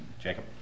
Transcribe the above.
Jacob